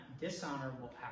dishonorable